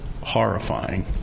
horrifying